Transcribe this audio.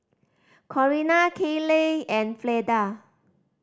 Corina Kayleigh and Fleda